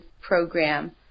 program